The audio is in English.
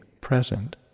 present